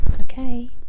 okay